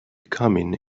coming